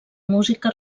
música